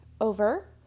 over